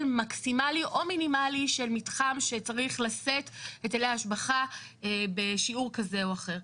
מקסימלי או מינימלי של מתחם שצריך לשאת היטלי השבחה בשיעור כזה או אחר.